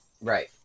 Right